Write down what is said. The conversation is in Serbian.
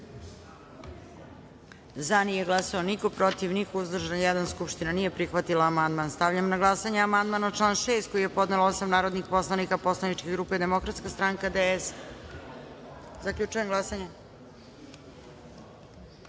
glasanje: za – niko, protiv – niko, uzdržan – jedan. Skupština nije prihvatila amandman. Stavljam na glasanje amandman na član 6. koji je podnelo osam narodnih poslanika poslaničke grupe Demokratska stanka - DS.Zaključujem glasanje: